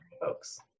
folks